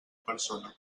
persona